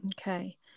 Okay